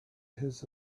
his